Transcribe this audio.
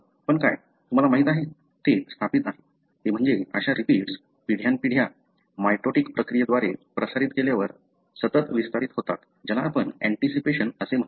पण काय तुम्हाला माहीत आहे जे स्थापित आहे ते म्हणजे अशा रिपीट्स पिढ्यान्पिढ्या मेयोटिक प्रक्रियेद्वारे प्रसारित केल्यावर सतत विस्तारित होतात ज्याला आपण ऍंटीसिपेशन असे म्हणतो